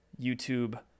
YouTube